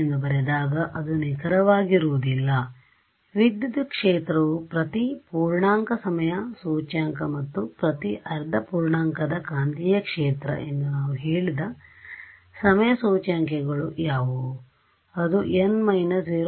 ಎಂದು ಬರೆದಾಗ ಅದು ನಿಖರವಾಗಿರುವುದಿಲ್ಲinaccurateವಿದ್ಯುತ್ ಕ್ಷೇತ್ರವು ಪ್ರತಿ ಪೂರ್ಣಾಂಕ ಸಮಯ ಸೂಚ್ಯಂಕ ಮತ್ತು ಪ್ರತಿ ಅರ್ಧ ಪೂರ್ಣಾಂಕದ ಕಾಂತೀಯ ಕ್ಷೇತ್ರ ಎಂದು ನಾವು ಹೇಳಿದ ಸಮಯ ಸೂಚ್ಯಂಕಗಳು ಯಾವುವು ಅದು n − 0